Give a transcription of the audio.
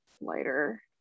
lighter